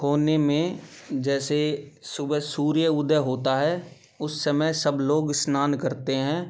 होने में जैसे सुबह सूर्य उदय होता है उस समय सब लोग स्नान करते हैं